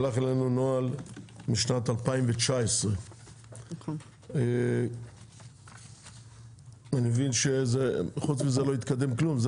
שלח אלינו נוהל משנת 2019. אני מבין שחוץ מזה לא התקדם כלום.